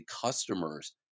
customers